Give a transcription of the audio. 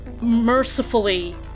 mercifully